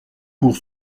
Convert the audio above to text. pour